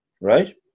right